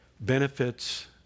benefits